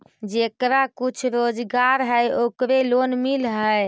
जेकरा कुछ रोजगार है ओकरे लोन मिल है?